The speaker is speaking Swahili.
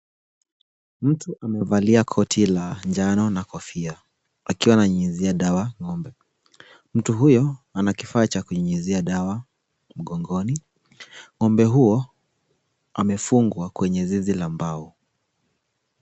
Mtu amevalia koti la njano na kofia akiwa ananyunyizia dawa ng'ombe. Mtu huyu ana kifaa chs kunuunyizia dawa mgongoni. Ng'ombe huo amefungwa kwenye zizi la mbao.